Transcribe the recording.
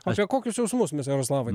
apie kokius jausmus mes jaroslavai